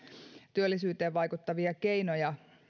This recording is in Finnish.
työllisyyteen vaikuttavia keinoja